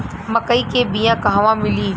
मक्कई के बिया क़हवा मिली?